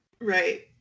Right